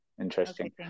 Interesting